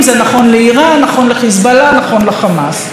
זה נכון לאיראן, נכון לחיזבאללה, נכון לחמאס.